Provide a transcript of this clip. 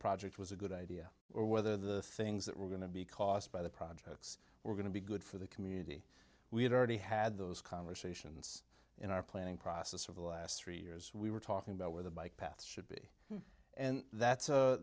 project was a good idea or whether the things that were going to be cost by the projects were going to be good for the community we had already had those conversations in our planning process for the last three years we were talking about where the bike path should be and that's